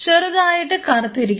ചെറുതായിട്ട് കറുത്തു ഇരിക്കുന്നത്